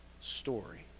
story